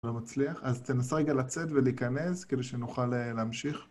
אתה מצליח? אז תנסה רגע לצאת ולהיכנס כדי שנוכל להמשיך